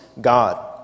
God